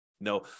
No